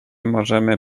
możemy